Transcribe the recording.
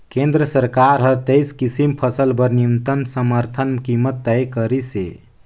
केंद्र सरकार हर तेइस किसम फसल बर न्यूनतम समरथन कीमत तय करिसे